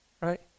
right